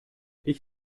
ich